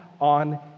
on